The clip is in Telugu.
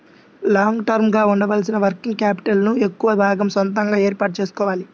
లాంగ్ టర్మ్ గా ఉండాల్సిన వర్కింగ్ క్యాపిటల్ ను ఎక్కువ భాగం సొంతగా ఏర్పాటు చేసుకోవాలి